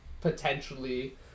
potentially